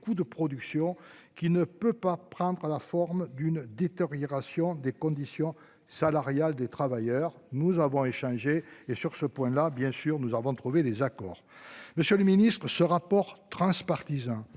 coûts de production qui ne peut pas prendre à la forme d'une détérioration des conditions salariales des travailleurs. Nous avons échangé et sur ce point là bien sûr, nous avons trouvé des accords. Monsieur le Ministre ce rapport transpartisan